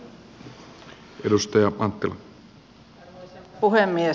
arvoisa puhemies